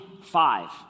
five